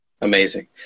amazing